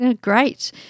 Great